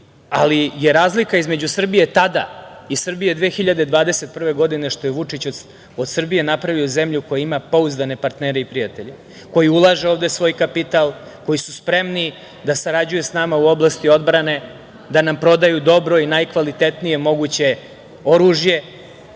ali je razlika između Srbije tada i Srbije 2021. godine što je Vučić od Srbije napravio zemlju koja ima pouzdane partnere i prijatelje, koji ulažu ovde svoj kapital, koji su spremni da sarađuju sa nama u oblasti odbrane, da nam prodaju dobro i najkvalitetnije moguće oružje,